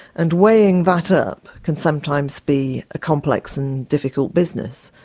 and weighing that up can sometimes be a complex and difficult business.